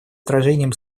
отражением